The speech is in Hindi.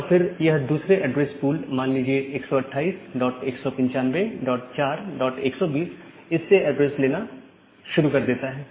और फिर यह एक दूसरे एड्रेस पूल मान लीजिए 1281954120 इससे एड्रेस देना शुरू कर देता है